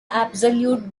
absolute